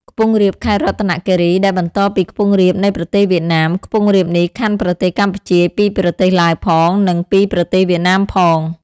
ខ្ពង់រាបខេត្តរតនគិរី ដែលបន្តពីខ្ពង់រាបនៃប្រទេសវៀតណាម ខ្ពង់រាបនេះ ខ័ណ្ឌប្រទេសកម្ពុជាពីប្រទេសឡាវផង និងពីប្រទេសវៀតណាមផង ។